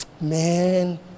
Man